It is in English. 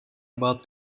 about